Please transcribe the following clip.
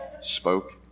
spoke